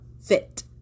Fit